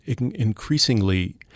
increasingly